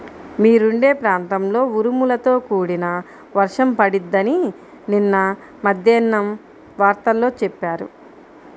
మీరుండే ప్రాంతంలో ఉరుములతో కూడిన వర్షం పడిద్దని నిన్న మద్దేన్నం వార్తల్లో చెప్పారు